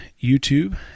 YouTube